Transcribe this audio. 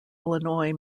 illinois